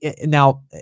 now